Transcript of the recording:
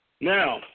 Now